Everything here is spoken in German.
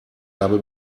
habe